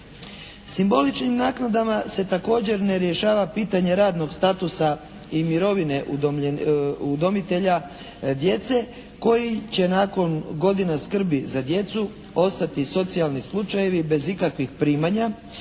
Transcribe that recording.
Simboličnim naknadama se također ne rješava pitanje radnog statusa i mirovine udomitelja djece koji će nakon godina skrbi za djecu ostati socijalni slučajevi bez ikakvih primanja